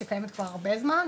שקיימת כבר הרבה זמן,